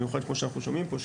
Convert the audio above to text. במיוחד כמו שאנחנו שומעים פה,